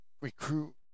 recruit